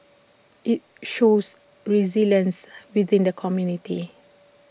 IT shows resilience within the community